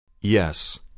Yes